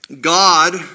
God